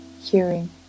hearing